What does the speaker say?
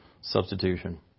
substitution